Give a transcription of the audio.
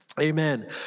Amen